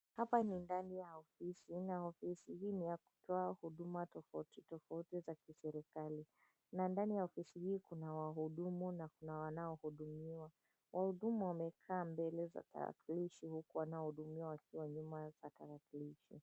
Hapa ni ndani ya ofisi na ofisi hii ni ya kutoa huduma tofauti tofauti za kiserekali na ndani ya ofisi hii kuna wahudumu na wanaohudumiwa. Wahudumu wamekaa mbele ya tarakilishi huku wanaohudumiwa wakiwa nyuma ya tarakilishi.